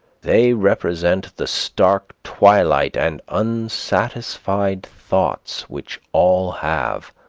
they represent the stark twilight and unsatisfied thoughts which all have.